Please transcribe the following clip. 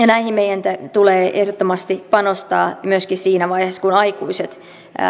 näihin meidän tulee ehdottomasti panostaa myöskin siinä vaiheessa kun aikuiset